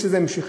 יש לזה המשכיות.